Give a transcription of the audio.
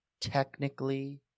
technically